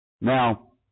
Now